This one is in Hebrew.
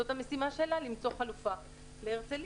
זאת המשימה שלה למצוא חלופה להרצליה.